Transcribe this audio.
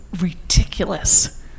ridiculous